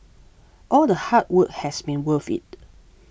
all the hard work has been worth it